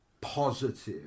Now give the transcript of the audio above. positive